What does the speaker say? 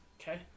Okay